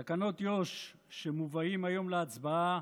תקנות יו"ש שמובאות היום להצבעה